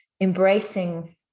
embracing